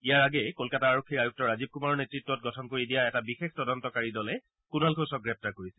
ইয়াৰ আগয়ে কলকাতা আৰক্ষীৰ আয়ুক্ত ৰাজীৱ কুমাৰৰ নেতৃত্বত গঠন কৰি দিয়া এটা বিশেষ তদন্তকাৰী দলে কুণাল ঘোষক গ্ৰেপ্তাৰ কৰিছিল